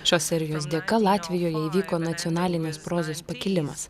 šios serijos dėka latvijoje įvyko nacionalinis prozos pakilimas